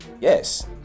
Yes